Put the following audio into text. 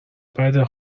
بده